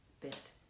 bit